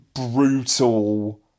brutal